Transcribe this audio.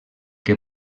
que